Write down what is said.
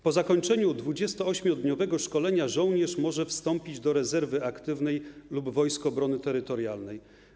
Po zakończeniu 28-dniowego szkolenia żołnierz może wstąpić do rezerwy aktywnej lub Wojsk Obrony Terytorialnej.